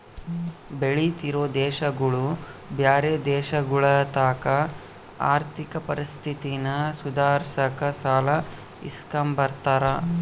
ಬೆಳಿತಿರೋ ದೇಶಗುಳು ಬ್ಯಾರೆ ದೇಶಗುಳತಾಕ ಆರ್ಥಿಕ ಪರಿಸ್ಥಿತಿನ ಸುಧಾರ್ಸಾಕ ಸಾಲ ಇಸ್ಕಂಬ್ತಾರ